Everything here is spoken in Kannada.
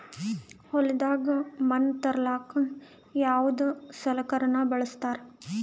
ಹೊಲದಾಗ ಮಣ್ ತರಲಾಕ ಯಾವದ ಸಲಕರಣ ಬಳಸತಾರ?